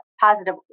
positive